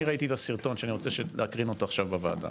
אני ראיתי את הסרטון שאני רוצה להקרין אותו עכשיו בוועדה,